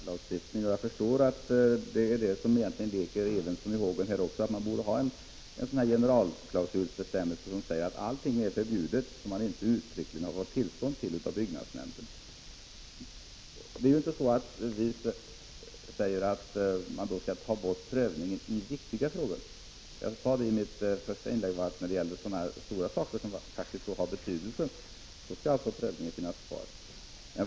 Fru talman! Det har nyss röstats om generalklausul i skattelagstiftningen, och jag förstår att Rune Evensson egentligen även i det här fallet vill ha en generalklausul, dvs. en bestämmelse som säger att allt är förbjudet som byggnadsnämnden inte uttryckligen har gett tillstånd till. Vi säger inte att prövningen skall tas bort när det gäller viktiga saker. I mitt första inlägg framhöll jag att prövningen bör finnas kvar när det gäller betydelsefulla frågor.